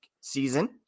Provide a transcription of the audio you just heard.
season